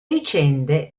vicende